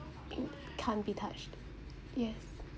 it can't be touched yes